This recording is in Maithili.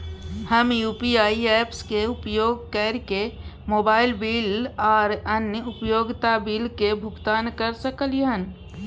हम यू.पी.आई ऐप्स के उपयोग कैरके मोबाइल बिल आर अन्य उपयोगिता बिल के भुगतान कैर सकलिये हन